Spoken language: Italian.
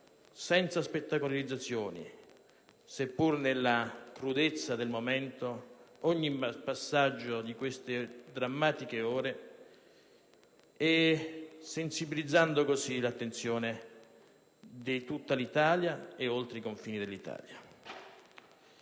senza spettacolarizzazioni, seppure nella crudezza del momento, ogni passaggio di queste drammatiche ore, sensibilizzando così l'attenzione dell'Italia, anche oltre i suoi confini.